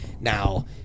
Now